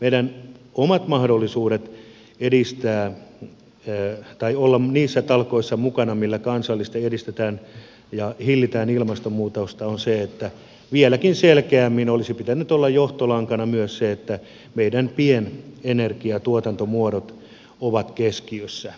meidän omat mahdollisuutemme olla niissä talkoissa mukana millä kansallisesti hillitään ilmastonmuutosta ovat siinä että vieläkin selkeämmin olisi pitänyt olla johtolankana myös se että meidän pienenergiatuotantomuotomme ovat keskiössä